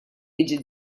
jiġi